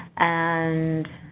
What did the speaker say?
and,